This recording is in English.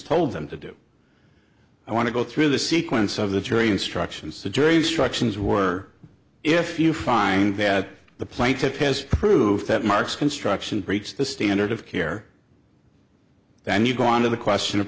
told them to do i want to go through the sequence of the jury instructions the jury instructions were if you find that the plaintiff has proof that mark's construction breaks the standard of care then you go on to the question of